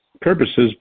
purposes